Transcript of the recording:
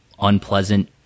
unpleasant